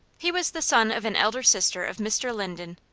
he was the son of an elder sister of mr. linden,